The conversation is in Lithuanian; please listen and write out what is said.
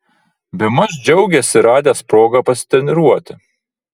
bemaž džiaugėsi radęs progą pasitreniruoti